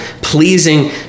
pleasing